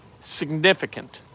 significant